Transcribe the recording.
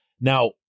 Now